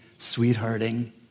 sweethearting